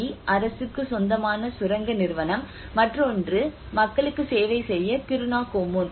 B அரசுக்கு சொந்தமான சுரங்க நிறுவனம் மற்றொன்று மக்களுக்கு சேவை செய்ய கிருணா கொம்முன்